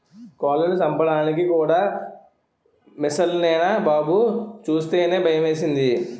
కోళ్లను చంపడానికి కూడా మిసన్లేరా బాబూ సూస్తేనే భయమేసింది